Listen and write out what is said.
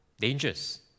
dangers